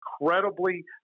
incredibly